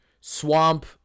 swamp